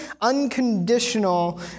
unconditional